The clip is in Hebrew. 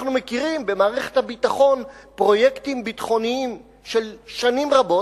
אנחנו מכירים במערכת הביטחון פרויקטים ביטחוניים של שנים רבות,